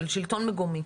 של שלטון מקומי,